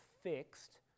fixed